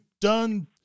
done